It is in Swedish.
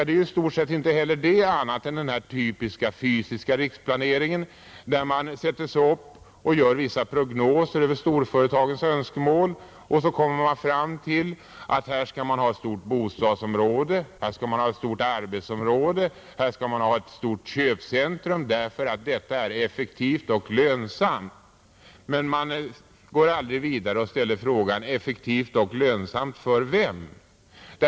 Det är i stort sett inte heller annat än den typiska fysiska riksplaneringen där man gör vissa prognoser över storföretagens önskemål, och så kommer man fram till att här skall man ha ett stort bostadsområde, här skall man ha ett stort arbetsområde, här skall man ha ett stort köpcentrum för att detta är effektivt och lönsamt. Men man går aldrig vidare och ställer frågan: Effektivt och lönsamt för vem?